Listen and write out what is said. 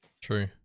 true